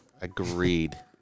Agreed